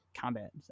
combat